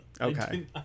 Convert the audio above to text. Okay